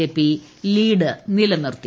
ജെപ്പി lead നിലനിർത്തി